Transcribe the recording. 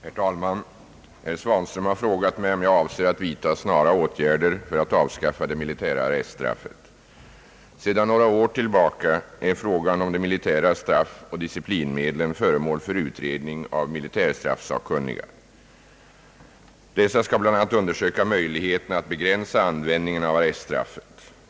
Herr talman! Herr Svanström har frågat mig om jag avser att vidta snara åtgärder för att avskaffa det militära arreststraffet. Sedan några år tillbaka är frågan om de militära straffoch disciplinmedlen föremål för utredning av militärstraffsakkunniga. Dessa skall bl.a. undersöka möjligheterna att begränsa användningen av arreststraffet.